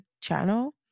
channel